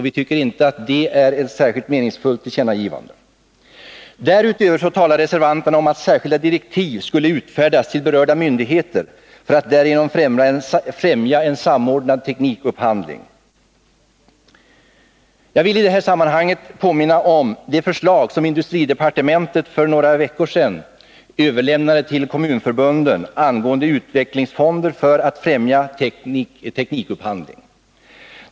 Vi tycker inte att ett sådant tillkännagivande är särskilt meningsfullt. Därutöver talar reservanterna om att särskilda direktiv skulle utfärdas till berörda myndigheter för att man därigenom skulle främja en samordnad teknikupphandling. Jag vill i det sammanhanget påminna om det förslag som industridepartementet för några veckor sedan överlämnade till kommunförbunden angående utvecklingsfonder för att främja teknikupphandling.